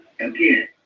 Again